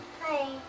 Hi